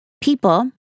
people